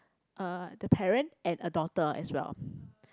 uh the parent and a daughter as well